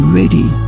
ready